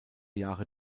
jahre